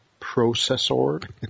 processor